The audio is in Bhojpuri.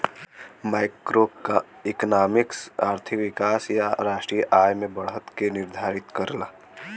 मैक्रोइकॉनॉमिक्स आर्थिक विकास या राष्ट्रीय आय में बढ़त के निर्धारित करला